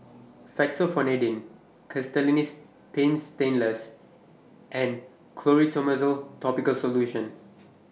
Fexofenadine Castellani's Paint Stainless and Clotrimozole Topical Solution